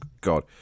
God